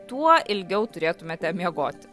tuo ilgiau turėtumėte miegoti